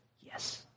yes